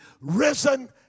risen